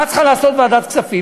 מה צריכה לעשות ועדת כספים?